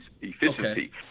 efficiency